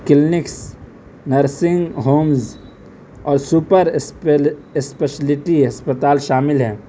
clinics nursing homes اور super specialty اسپتال شامل ہیں